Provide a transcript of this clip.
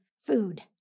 food